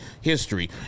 history